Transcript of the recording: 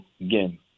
again